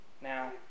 Now